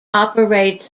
operates